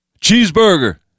Cheeseburger